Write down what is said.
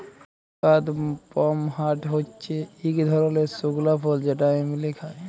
কাদপমহাট হচ্যে ইক ধরলের শুকলা ফল যেটা এমলি খায়